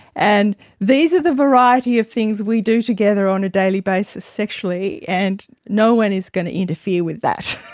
and these are the variety of things we do together on a daily basis sexually, and no one is going to interfere with that.